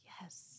yes